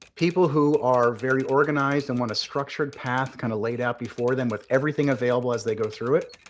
people who are very organized and want a structured path kind of laid out before them with everything available as they go through it,